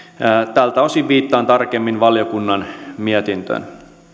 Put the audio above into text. tältä osin viittaan tarkemmin valiokunnan mietintöön